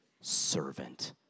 servant